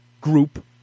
group